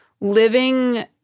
living